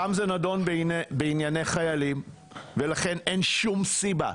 גם זה נדון בענייני חיילים ולכן אין שום סיבה.